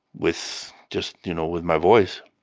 with just, you know, with my voice.